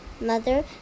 Mother